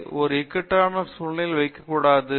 விஸ்வநாதன் அவரை ஒரு இக்கட்டான சூழ்நிலையில் வைக்கக்கூடாது